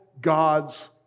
God's